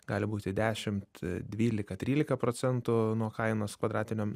gali būti dešimt dvylika trylika procnetų nuo kainos kvadratiniam